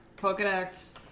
Pokedex